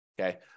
okay